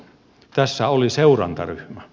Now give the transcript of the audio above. tässä oli seurantaryhmä